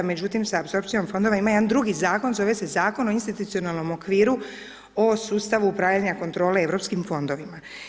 Međutim, sa apsorpcijom fondova ima jedan drugi Zakon, zove se Zakon o institucionalnom okviru o sustavu upravljanja kontrole Europskim fondovima.